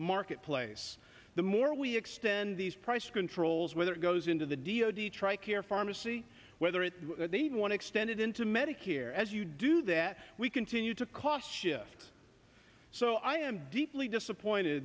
marketplace the more we extend these price controls whether it goes into the d o d tri care pharmacy whether it's the one extended into medicare as you do that we continue to cost shift so i am deeply disappointed